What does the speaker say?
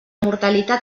mortalitat